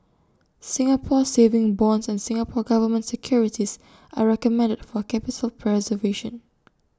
Singapore savings bonds and Singapore Government securities are recommended for capital preservation